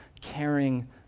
caring